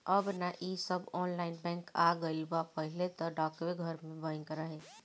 अब नअ इ सब ऑनलाइन बैंक आ गईल बा पहिले तअ डाकघरवे में बैंक रहे